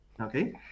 Okay